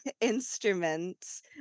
instruments